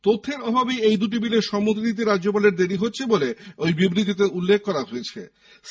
তথ্যের অভাবেই এই দুটি বিলে সম্মতি দিতে রাজ্যপালের দেরী হচ্ছে বলে বিবৃতিতে উল্লেখ করা হয়েছে